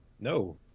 No